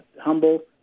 humble